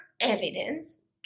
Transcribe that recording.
evidence